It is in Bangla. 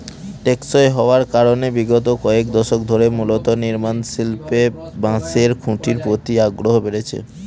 টেকসই হওয়ার কারনে বিগত কয়েক দশক ধরে মূলত নির্মাণশিল্পে বাঁশের খুঁটির প্রতি আগ্রহ বেড়েছে